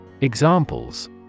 Examples